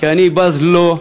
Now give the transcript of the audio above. כי אני בז לו,